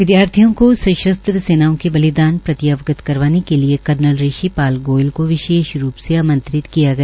विदयार्थियों को सशस्त्र सेनाओं के बलिदान प्रति अवगत करवाने के लिए कर्नल ऋषि पाल गोयल को विशेष रूप से आंमत्रित किया गया